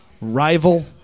Rival